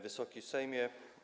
Wysoki Sejmie!